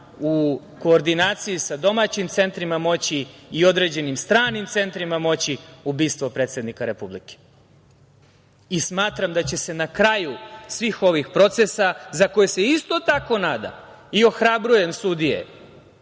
u koordinaciji sa domaćim centrima moći i određenim stranim centrima moći, ubistvo predsednika Republike. Smatram da će se na kraju svih ovih procesa, za koje se isto tako nadam i ohrabrujem sudije